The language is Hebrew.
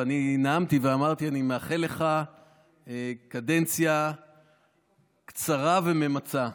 ואני נאמתי ואמרתי שאני מאחל לך קדנציה קצרה וממצה,